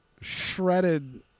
shredded